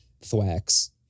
thwacks